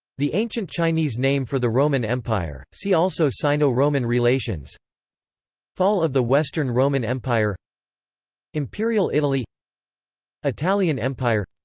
the ancient chinese name for the roman empire see also sino-roman relations fall of the western roman empire imperial italy italian empire